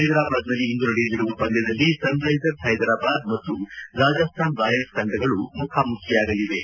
ಹೈದರಾಬಾದ್ನಲ್ಲಿ ಇಂದು ನಡೆಯಲಿರುವ ಪಂದ್ಯದಲ್ಲಿ ಸನ್ ರೈಸರ್ಸ್ ಹ್ವೆದರಾಬಾದ್ ಮತ್ತು ರಾಜಸ್ಥಾನ್ ರಾಯಲ್ಪ್ ತಂಡಗಳು ಮುಖಾಮುಖಿಯಾಗಲಿವೆ